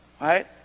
right